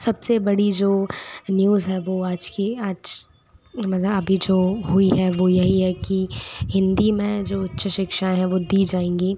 सब से बड़ी जो न्यूज़ है वो आज की आज मतलब अभी जो हुई है वो यही है कि हिंदी में जो उच्च शिक्षाएँ हैं वो दी जाएंगी